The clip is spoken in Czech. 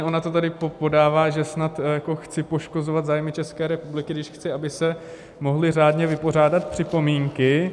Ona to tady podává, že snad jako chci poškozovat zájmy České republiky, když chci, aby se mohly řádně vypořádat připomínky.